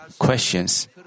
questions